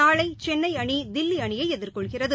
நாளைசென்னைஅணி தில்லிஅணியைஎதிர்கொள்கிறது